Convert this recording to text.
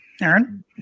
Aaron